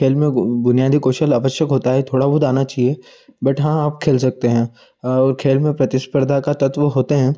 खेल में बुनियादी कौशल अवश्य होता है थोड़ा बहुत आना चाहिए बट हाँ आप खेल सकते हैं और खेल में प्रतिस्पर्धा का तत्व होते हैं